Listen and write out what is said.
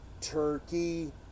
turkey